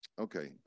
Okay